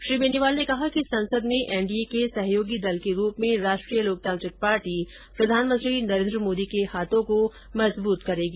श्री बेनीवाल ने कहा कि संसद में एनडीए के सहयोगी दल के रूप में राष्ट्रीय लोकतांत्रिक पार्टी प्रधानमंत्री नरेंद्र मोदी के हाथों को मजबूत करेगी